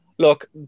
Look